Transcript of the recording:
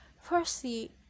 Firstly